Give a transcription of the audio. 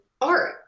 art